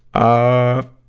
our